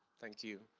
thank you.